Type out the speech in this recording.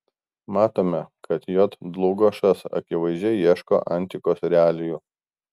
matome kad j dlugošas akivaizdžiai ieško antikos realijų